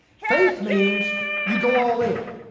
faith means you go all in.